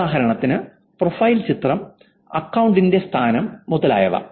ഉദാഹരണത്തിന് പ്രൊഫൈൽ ചിത്രം അക്കൌണ്ടിന്റെ സ്ഥാനം മുതലായവ